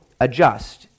adjust